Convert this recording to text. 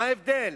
מה ההבדל?